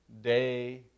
day